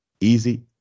easy